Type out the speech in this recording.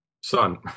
Son